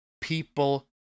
people